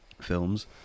films